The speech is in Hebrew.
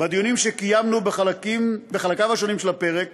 בדיונים שקיימנו בחלקיו השונים של הפרק